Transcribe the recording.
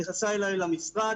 היא רצה אליי למשרד,